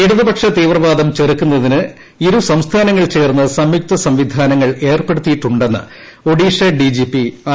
ഇടതുപക്ഷ തീവ്രവാദം ചെറുക്കുന്നതിന് ഇരു സംസ്ഥാനങ്ങൾ ചേർന്ന് സംയുക്ത സംവിധാനങ്ങൾ ഏർപ്പെടുത്തിയിട്ടുണ്ടെന്ന് ഒഡീഷ ഡിജിപി ആർ